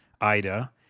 Ida